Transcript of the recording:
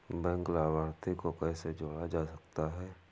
Bank लाभार्थी को कैसे जोड़ा जा सकता है?